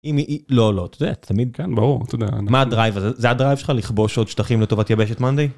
אם היא לא לא תודה תמיד כאן ברור תודה מה הדרייב זה הדרייב שלך לכבוש עוד שטחים לטובת יבשת מנדי.